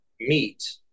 meat